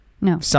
no